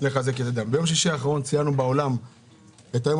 ביום שישי האחרון ציינו בעולם את היום